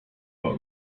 but